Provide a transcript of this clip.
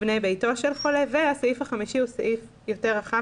בני ביתו של חולה והסעיף החמישי הוא סעיף יותר רחב